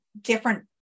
different